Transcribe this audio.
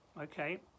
okay